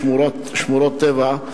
שמורות טבע,